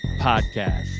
Podcast